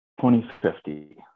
2050